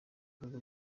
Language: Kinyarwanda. bihugu